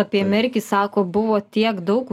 apie merkį sako buvo tiek daug